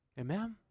Amen